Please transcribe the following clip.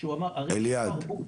כשהוא אמר הרי יש תרבות.